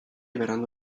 berandu